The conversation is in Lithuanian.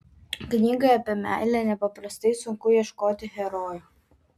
knygai apie meilę nepaprastai sunku ieškoti herojų